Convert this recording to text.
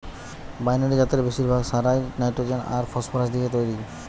binary জাতের বেশিরভাগ সারই নাইট্রোজেন আর ফসফরাস দিয়ে তইরি